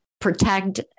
protect